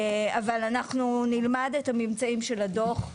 אבל אנחנו נלמד את הממצאים של הדוח,